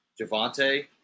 Javante